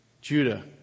Judah